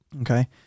Okay